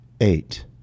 Eight